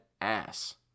ass